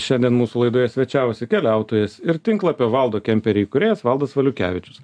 šiandien mūsų laidoje svečiavosi keliautojas ir tinklapio valdo kemperiai įkūrėjas valdas valiukevičius